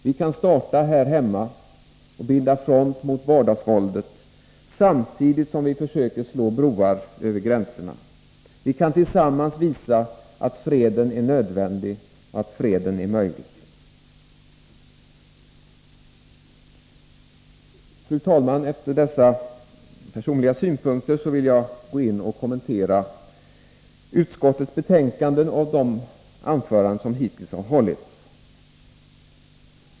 Vi kan starta här hemma och bilda front mot vardagsvåldet, samtidigt som vi försöker slå broar över gränserna. Vi kan tillsammans visa att freden är nödvändig och att freden är möjlig. Fru talman! Efter dessa personliga synpunkter vill jag gå in och kommentera utskottsbetänkandet och de anföranden som hittills hållits.